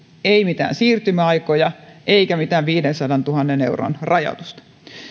ei mitään siirtymäaikoja eikä mitään viidensadantuhannen euron rajoitusta